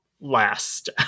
last